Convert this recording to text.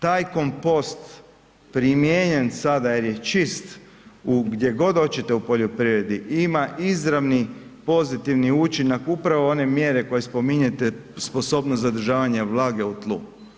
Taj kompost primijenjen sada jer je čist, gdje god hoćete u poljoprivredi ima izravni pozitivni učinak upravo one mjere koje spominjete sposobnost zadržavanja vlage u tlu.